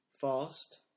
fast